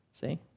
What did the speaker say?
See